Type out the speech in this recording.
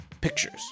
pictures